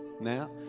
now